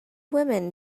women